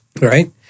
right